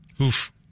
Oof